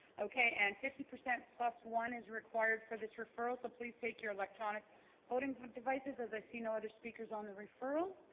okay and fifty percent plus one is required for this referral so please take your electronic voting devices as i see no other speakers on the referral